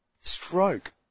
Stroke